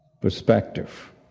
perspective